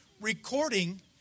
recording